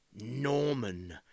Norman